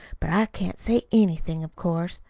but i can't say anything, of course.